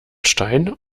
stein